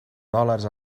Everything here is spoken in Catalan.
dòlars